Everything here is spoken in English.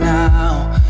now